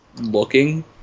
looking